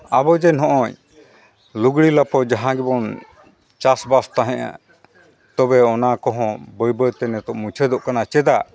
ᱟᱵᱚ ᱡᱮ ᱱᱚᱜᱼᱚᱸᱭ ᱞᱩᱜᱽᱲᱤ ᱞᱟᱯᱚᱜ ᱡᱟᱦᱟᱸ ᱜᱮᱵᱚᱱ ᱪᱟᱥᱵᱟᱥ ᱛᱟᱦᱮᱸᱜᱼᱟ ᱛᱚᱵᱮ ᱚᱱᱟ ᱠᱚ ᱦᱚᱸ ᱵᱟᱹᱭ ᱵᱟᱹᱭᱛᱮ ᱱᱤᱛᱚᱜ ᱢᱩᱪᱟᱹᱫᱚᱜ ᱠᱟᱱᱟ ᱪᱮᱫᱟᱜ